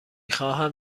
خواهم